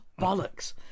bollocks